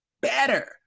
better